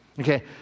Okay